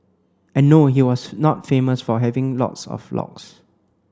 and no he was not famous for having lots of locks